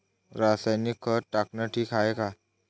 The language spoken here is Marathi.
रासायनिक खत टाकनं ठीक हाये का?